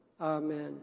Amen